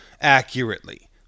accurately